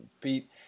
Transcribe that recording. beat